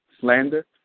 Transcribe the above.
slander